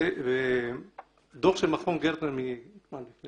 זה דוח של מכון גרטנר מ-2016